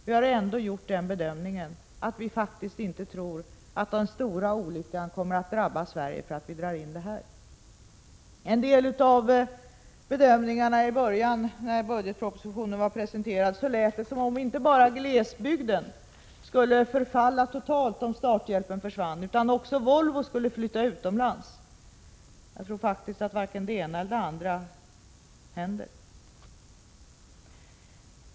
Vi har ändå gjort den bedömningen att någon stor olycka inte kommer att drabba Sverige för att vi drar in denna hjälp. På en del av bedömningarna som gjordes strax efter det att budgetpropositionen hade presenterats lät det inte bara som om glesbygden skulle förfalla totalt om starthjälpen försvann, utan även som om Volvo skulle flytta utomlands. Jag tror faktiskt att varken det ena eller det andra händer.